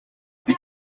sie